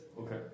Okay